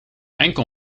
enkel